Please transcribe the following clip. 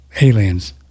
aliens